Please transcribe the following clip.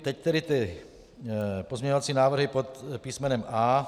Teď tedy pozměňovací návrhy pod písmenem A.